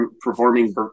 performing